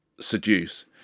seduce